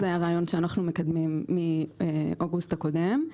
זה הרעיון שאנחנו מקדמים מאוגוסט הקודם,